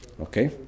Okay